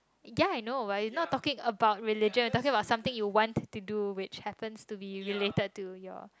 ya I know but you not talk about religion talking about something you want to do which happens to be related to your